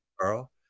Carl